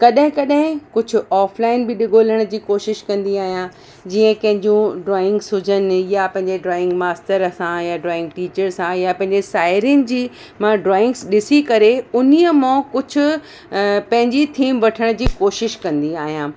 कॾहिं कॾहिं कुझु ऑफ़लाइन बि ॾ ॻोल्हण जी कोशिश कंदी आहियां जीअं कंहिंजूं ड्रॉइंगिस हुजनि या पंहिंजे ड्रॉइंग मास्तर सां या ड्रॉइंग टीचर सां या पंहिंजे साहेड़ियुनि जी मां ड्रॉइंग्स ॾिसी करे हुन मां कुझु पंहिंजी थीम वठण जी कोशिश कंदी आहियां